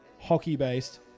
hockey-based